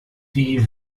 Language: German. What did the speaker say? die